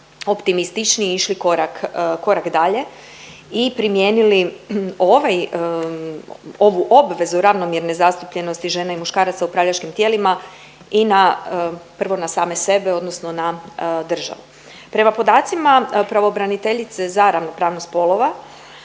optimističniji i išli korak, korak dalje i primijenili ovaj, ovu obvezu ravnomjerne zastupljenosti žene i muškaraca u upravljačkim tijelima i na, prvo na same sebe odnosno na državu. Prema podacima Pravobraniteljice za ravnopravnost spolova